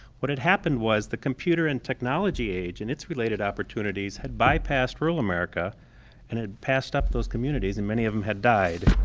what had happened was the computer and technology age and its related opportunities had bypassed rural america and had passed up those communities, and many of them had died.